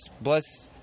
Bless